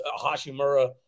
Hashimura